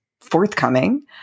forthcoming